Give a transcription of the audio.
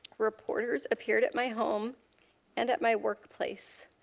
reporters appeared at my home and at my workplace,